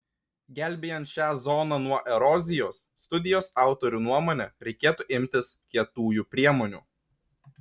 gelbėjant šią zoną nuo erozijos studijos autorių nuomone reikėtų imtis kietųjų priemonių